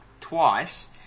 twice